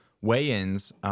weigh-ins